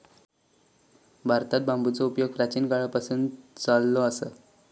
भारतात बांबूचो उपयोग प्राचीन काळापासून चाललो हा